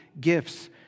gifts